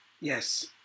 Yes